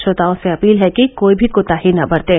श्रोताओं से अपील है कि कोई भी कोताही न बरतें